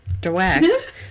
direct